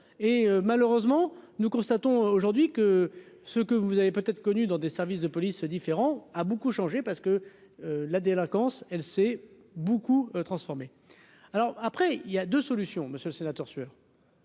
et malheureusement nous constatons aujourd'hui que. Ce que vous avez peut-être connu dans des services de police ce différend a beaucoup changé parce que la délinquance elle s'est beaucoup transformée, alors après il y a 2 solutions, monsieur le sénateur sueur.